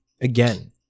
again